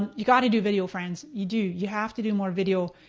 you gotta do video friends, you do. you have to do more video.